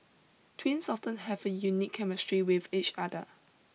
twins often have a unique chemistry with each other